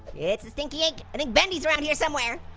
it's the stinky ink. i think bendy's around here somewhere.